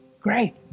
Great